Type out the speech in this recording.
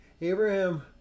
Abraham